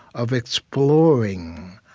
of exploring.